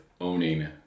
owning